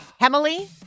Hemily